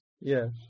Yes